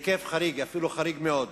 אפילו חריג מאוד,